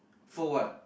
for what